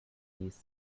these